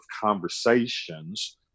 conversations